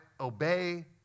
obey